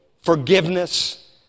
forgiveness